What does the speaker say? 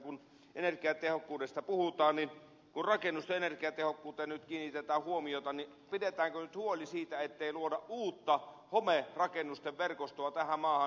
kun energiatehokkuudesta puhutaan ja kun rakennusten energiatehokkuuteen nyt kiinnitetään huomiota pidetäänkö nyt huoli siitä ettei luoda uutta homerakennusten verkostoa tähän maahan